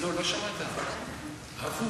שתשמעו את התשובה ואז,